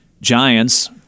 Giants